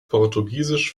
portugiesisch